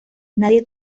nadie